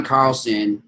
Carlson